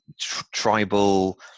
tribal